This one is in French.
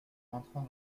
entrant